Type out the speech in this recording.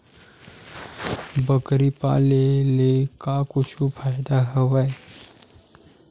बकरी पाले ले का कुछु फ़ायदा हवय?